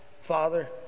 Father